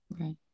right